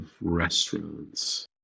restaurants